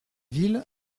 ville